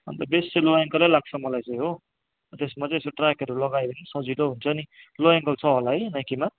अन्त बेसी low ankle नै लाग्छ मलाई चाहिँ हो त्यसमा चाहिँ यसो ट्र्याकहरू लगायो भने पनि सजिलो हुन्छ नि लो एङ्कल छ होला है नाइकीमा